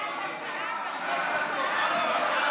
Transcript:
שמחנו קצת.